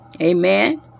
amen